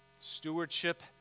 stewardship